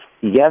Yes